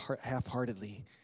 half-heartedly